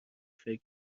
فکر